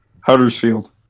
Huddersfield